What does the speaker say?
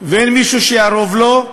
ואין מישהו שיערוב לו.